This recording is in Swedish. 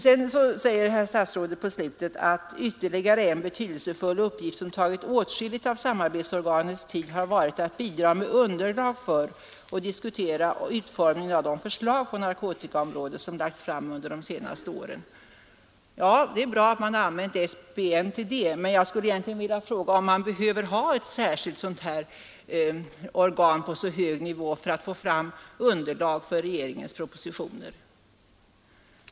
I slutet av svaret säger statsrådet: ”Ytterligare en betydelsefull uppgift som tagit åtskilligt av samarbetsorganets tid har varit att bidra med underlag för och diskutera utformningen av de förslag på narkotikaområdet som lagts fram under de senaste åren.” Det är bra att man har använt SBN till det, men jag skulle vilja fråga om man egentligen behöver ha ett särskilt organ på så hög nivå för att få fram underlag för regeringens propositioner.